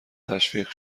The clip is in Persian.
تشویق